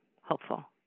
hopeful